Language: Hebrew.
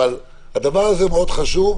אבל הדבר הזה מאוד חשוב.